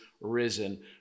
risen